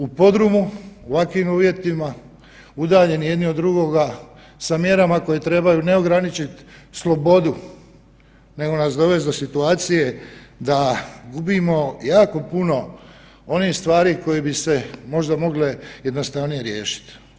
U podrumu, u ovakvim uvjetima, udaljeni jedni od drugoga sa mjerama koje trebaju ne ograničiti slobodu, nego nas dovesti do situacije da gubimo jako puno onih stvari koje bi se možda mogle jednostavnije riješiti.